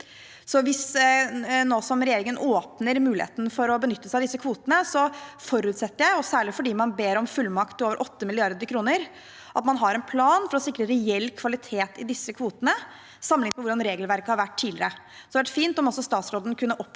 Hvis regjeringen nå åpner for muligheten til å benytte seg av disse kvotene, forutsetter jeg – og særlig fordi man ber om en fullmakt på over 8 mrd. kr – at man har en plan for å sikre reell kvalitet i disse kvotene sammenlignet med hvordan regelverket har vært tidligere. Det hadde vært fint om også statsråden kunne oppklare